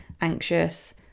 anxious